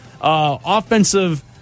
offensive